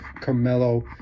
Carmelo